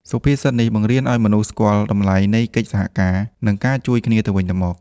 សុភាសិតនេះបង្រៀនឱ្យមនុស្សស្គាល់តម្លៃនៃកិច្ចសហការ និងការជួយគ្នាទៅវិញទៅមក។